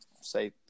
say